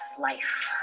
life